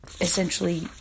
essentially